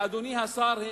אדוני השר,